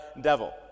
devil